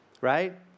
Right